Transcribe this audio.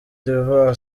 d’ivoire